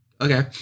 Okay